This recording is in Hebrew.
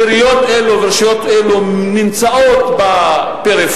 עיריות אלו ורשויות אלו נמצאות בפריפריה.